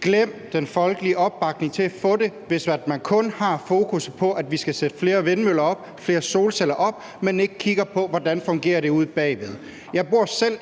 Glem den folkelige opbakning til det, hvis man kun har fokus på, at vi skal sætte flere vindmøller og flere solceller op, men ikke kigger på, hvordan det fungerer ude bagved. Jeg bor selv